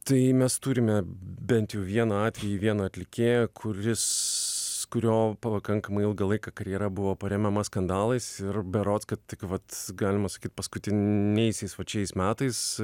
tai mes turime bent jau vieną atvejį vieną atlikėją kuris kurio pakankamai ilgą laiką karjera buvo paremiama skandalais ir berods kad tik vat galima sakyt paskutiniaisiais vat šiais metais